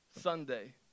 Sunday